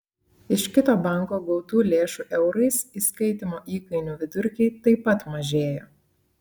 iš kito banko gautų lėšų eurais įskaitymo įkainių vidurkiai taip pat mažėjo